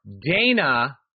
Dana